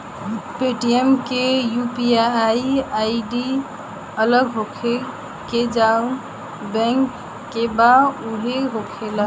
Paytm के UPI ID अलग होखेला की जाऊन बैंक के बा उहे होखेला?